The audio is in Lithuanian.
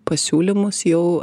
pasiūlymus jau